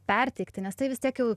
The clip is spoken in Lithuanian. perteikti nes tai vis tiek jau